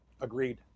agreed